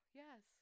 yes